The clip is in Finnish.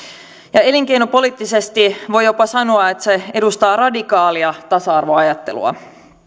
ja elinkeinopoliittisesti voi jopa sanoa että se edustaa radikaalia tasa arvoajattelua